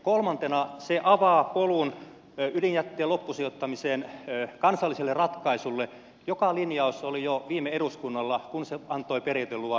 kolmantena se avaa polun ydinjätteen loppusijoittamiseen kansalliselle ratkaisulle joka linjaus oli jo viime eduskunnalla kun se antoi periaateluvan